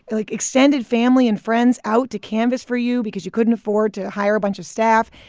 like, extended family and friends out to canvass for you because you couldn't afford to hire a bunch of staff,